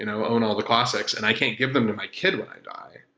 you know own all the classics and i can't give them to my kid when i day.